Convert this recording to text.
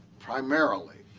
primarily,